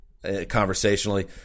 conversationally